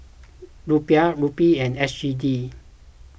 Rupiah Rupee and S G D